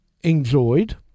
enjoyed